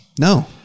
No